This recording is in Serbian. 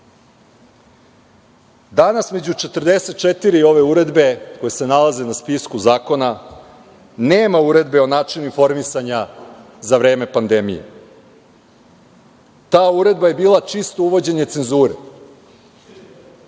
među 44 ove uredbe, koje se nalaze na spisku zakona, nema Uredbe o načinu informisanja za vreme pandemije. Ta uredba je bila čisto uvođenje cenzure